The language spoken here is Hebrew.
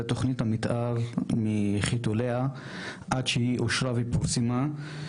תוכנית המתאר מחיתוליה עד שהיא אושרה ופורסמה.